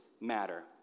matter